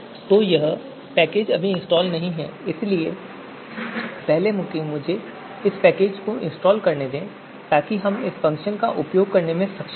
तो यह पैकेज अभी इंस्टाल नहीं है इसलिए पहले मुझे इस पैकेज को इंस्टाल करने दें ताकि हम फ़ंक्शन का उपयोग करने में सक्षम हो सकें